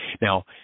Now